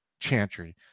chantry